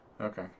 okay